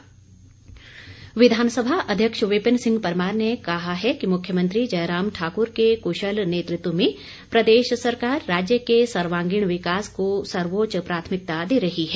विपिन परमार विधानसभा अध्यक्ष विपिन सिंह परमार ने कहा है कि मुख्यमंत्री जयराम ठाकुर के कुशल नेतृत्व में प्रदेश सरकार राज्य के सर्वांगीण विकास को सर्वोच्च प्राथमिकता दे रही है